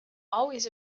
always